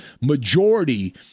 majority